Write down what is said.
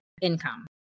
income